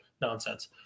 nonsense